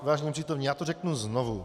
Vážení přítomní, já to řeknu znovu.